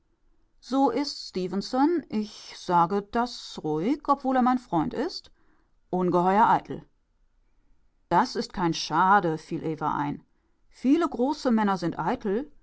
so ist stefenson ich sage das ruhig obwohl er mein freund ist ungeheuer eitel das ist kein schade fiel eva ein viele große männer sind eitel